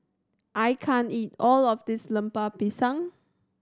I can't eat all of this Lemper Pisang